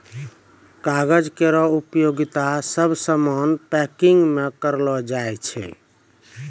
कागज केरो उपयोगिता सब सामान पैकिंग म करलो जाय छै